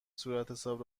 صورتحساب